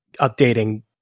updating